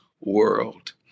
world